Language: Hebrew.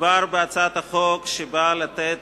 מדובר בהצעת החוק שבאה לתת